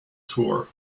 tour